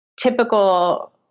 typical